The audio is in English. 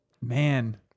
man